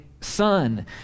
son